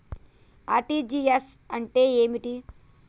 RTGS అంటే ఏమిటి?